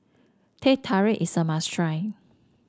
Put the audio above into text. Teh Tarik is a must try